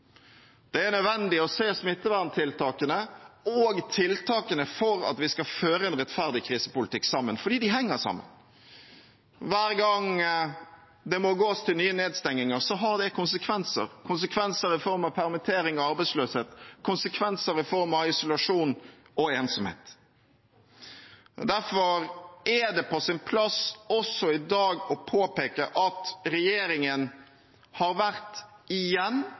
Det er nødvendig å se smitteverntiltakene og tiltakene for at vi skal føre en rettferdig krisepolitikk, sammen, fordi de henger sammen. Hver gang en må gå til nye nedstenginger, har det konsekvenser – konsekvenser i form av permittering og arbeidsløshet, konsekvenser i form av isolasjon og ensomhet. Derfor er det på sin plass også i dag å påpeke at regjeringen har vært, igjen